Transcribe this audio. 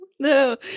No